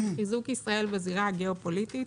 חיזוק ישראל בזירה הגיאופוליטית,